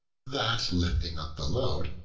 that, lifting up the load,